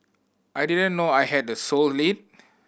I didn't know I had the sole lead